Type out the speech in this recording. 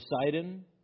Poseidon